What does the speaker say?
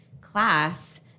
class